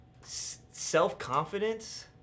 self-confidence